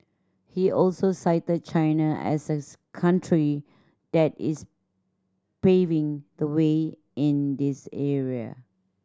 he also cited China as as country that is paving the way in this area